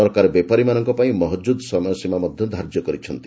ସରକାର ବେପାରୀମାନଙ୍କ ପାଇଁ ମହଜୁଦ୍ ସୀମା ମଧ୍ୟ ଧାର୍ଯ୍ୟ କରିଛନ୍ତି